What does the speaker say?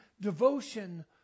devotion